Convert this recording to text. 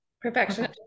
perfection